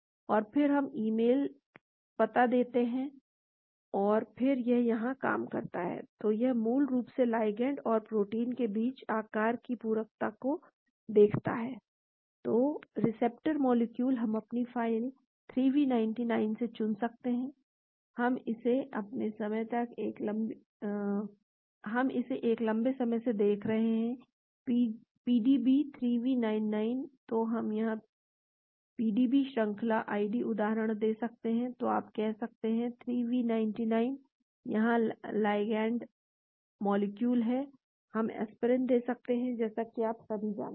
और फिर हम ईमेल पता देते हैं और फिर यह यहां काम करता है तो यह मूल रूप से लाइगैंड और प्रोटीन के बीच आकार की पूरकता को देखता है तो रिसेप्टर मॉलिक्यूल हम अपनी फ़ाइल 3v99 से चुन सकते हैं हम इसे एक लंबे समय से देख रहे हैं पीडीबी 3v99 तो हम यहां पीडीबी श्रृंखला आईडी उदाहरण दे सकते हैं तो आप कह सकते हैं 3v99 यहां लाइगैंड मॉलिक्यूल है हम एस्पिरिन दे सकते हैं जैसा कि आप सभी जानते हैं